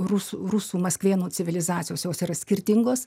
rusų rusų maskvėnų civilizacijos jos yra skirtingos